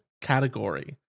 category